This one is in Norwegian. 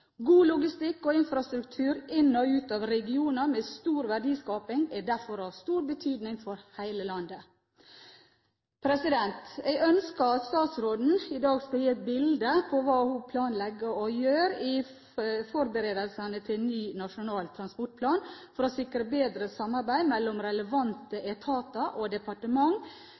God logistikk og infrastruktur inn til og ut av regioner med stor verdiskaping er derfor av stor betydning for hele landet. Jeg ønsker at statsråden i dag skal gi et bilde av hva hun planlegger å gjøre i forberedelsene til ny Nasjonal transportplan for å sikre bedre samarbeid mellom relevante etater og